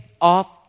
off